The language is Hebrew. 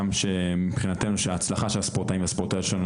גם מבחינתנו שההצלחה של הספורטאים והספורטאיות שלנו